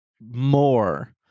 more